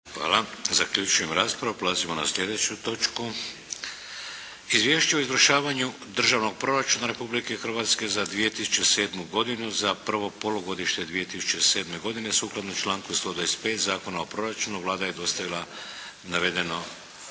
Vladimir (HDZ)** Prelazimo na sljedeću točku: - Izvješće o izvršavanju Državnog proračuna Republike Hrvatske za 2007. godinu, za prvo polugodište 2007. godine Sukladno članku 125. Zakona o proračunu Vlada je dostavila navedeno